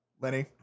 Lenny